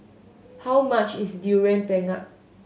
how much is Durian Pengat